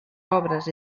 obres